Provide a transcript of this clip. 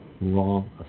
wrong